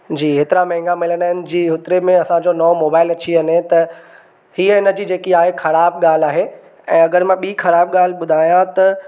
जी हेतिरा महांगा मिलंदा आहिनि जी ओतिरे में असांजो नओं मोबाइल अची वञे त हीअ हिन जी जेकी आहे ख़राबु ॻाल्हि आहे ऐं अगरि मां ॿी ख़राबु ॻाल्हि ॿुधायां त